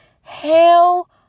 Hell